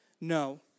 No